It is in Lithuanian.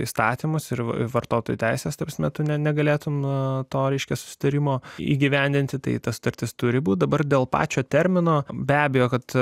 įstatymus ir vartotojų teisės taps metu negalėtumei nuo to reiškia susitarimo įgyvendinti tai ta sutartis turi būti dabar dėl pačio termino be abejo kad